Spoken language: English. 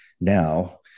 now